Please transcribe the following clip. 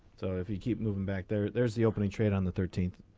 so if you keep moving back there there's the opening trade on the thirteenth.